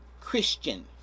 Christian